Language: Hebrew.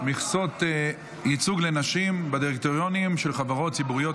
מכסות ייצוג לנשים בדירקטוריונים של חברות ציבוריות),